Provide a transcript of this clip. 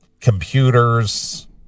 computers